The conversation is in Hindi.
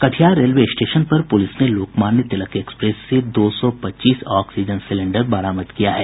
कटिहार रेलवे स्टेशन पर पुलिस ने लोकमान्य तिलक एक्सप्रेस से दो सौ पच्चीस ऑक्सीजन सिलेंडर बरामद किया है